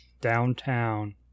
downtown